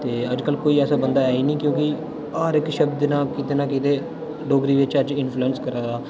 ते अज्जकल कोई ऐसा बंदा ऐ निं क्योंकि हर इक शब्द ना कीते ना कीते डोगरी विच अज्ज इन्फ्लुएंस करा दा